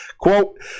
Quote